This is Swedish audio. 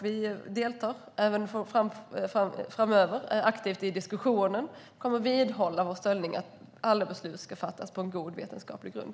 Vi deltar även framöver aktivt i diskussionen, och vi kommer att vidhålla vår inställning att alla beslut ska fattas på god vetenskaplig grund.